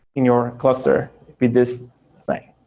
in your cluster with this thing.